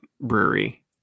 Brewery